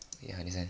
you understand